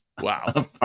Wow